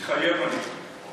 מתחייב אני בנימין זאב בגין,